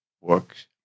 works